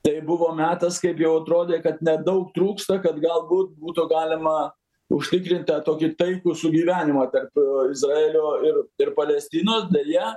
tai buvo metas kaip jau atrodė kad nedaug trūksta kad galbūt būtų galima užtikrinti tą tokį taikų sugyvenimą tarp izraelio ir ir palestinos deja